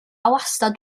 wastad